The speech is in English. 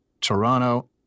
Toronto